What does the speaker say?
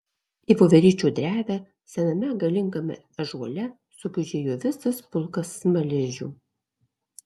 į voveryčių drevę sename galingame ąžuole sugužėjo visas pulkas smaližių